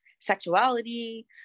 sexuality